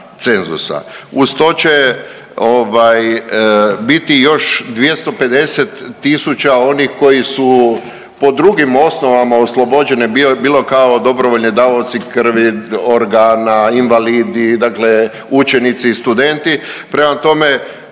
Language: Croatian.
Uz to će ovaj biti još 250 tisuća onih kojih su po drugim osnovama oslobođeni, bilo kao dobrovoljni davaoci krvi, organa, invalidi, dakle učenici i studenti, prema tome,